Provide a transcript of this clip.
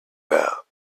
belt